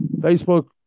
Facebook